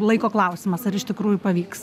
laiko klausimas ar iš tikrųjų pavyks